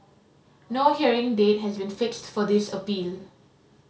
no hearing date has been fixed for this appeal